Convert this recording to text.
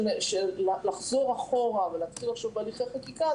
שלחזור אחורה ולהתחיל לחשוב בהליכי חקיקה,